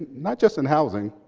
not just in housing,